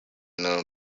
known